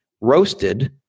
roasted